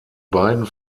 beiden